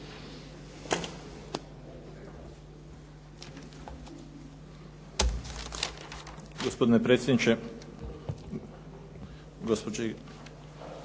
Hvala vam